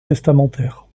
testamentaire